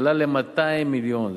עלה ל-200 מיליון,